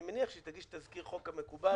אני מניח שהיא תגיש תזכיר חוק כמקובל.